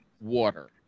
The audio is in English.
water